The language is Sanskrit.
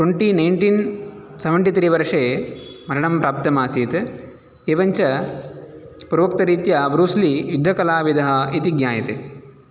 ट्वेण्टि नैन्टीन् सवेण्टि त्रि वर्षे मरणं प्राप्तम् आसीत् एवं च पूर्वोक्तरीत्या ब्रूस्लि युद्धकलाविदः इति ज्ञायते